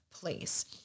place